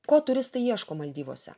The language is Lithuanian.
ko turistai ieško maldyvuose